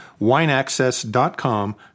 WineAccess.com